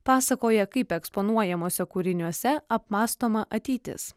pasakoja kaip eksponuojamuose kūriniuose apmąstoma ateitis